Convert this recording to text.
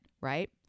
right